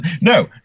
No